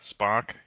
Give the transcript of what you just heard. Spock